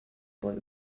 boy